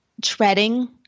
treading